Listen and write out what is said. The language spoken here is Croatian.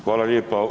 Hvala lijepa.